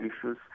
issues